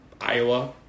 Iowa